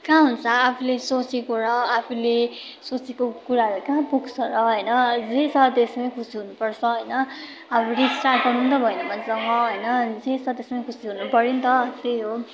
कहाँ हुन्छ आफूले सोचेको र आफूले सोचेको कुराहरू कहाँ पुग्छ र होइन जे छ त्यसमै खुसी हुनुपर्छ होइन अब रिसराग गर्नु पनि त भएन मान्छेसँग होइन जे छ त्यसमै खुसी हुनु पऱ्यो नि त त्यही हो